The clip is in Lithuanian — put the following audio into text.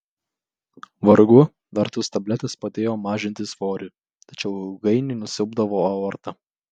vargu ar tos tabletės padėjo mažinti svorį tačiau ilgainiui nusilpdavo aorta